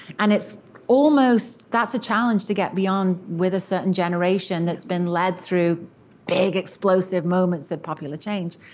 and it's almost, that's a challenge to get beyond with a certain generation that's been led through big, explosive moments and popular change.